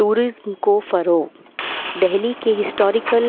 tourism کو فروغ دہلی کے ہسٹاریکل